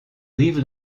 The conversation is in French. rive